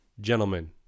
gentlemen